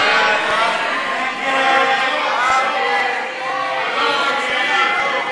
ההצעה להעביר את הצעת חוק